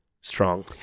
strong